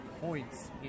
points